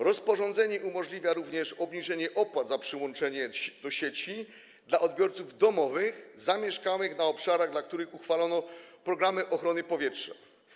Rozporządzenie umożliwia również obniżenie opłat za przyłączenie do sieci dla odbiorców domowych zamieszkałych na obszarach, dla których uchwalono programy ochrony powietrza.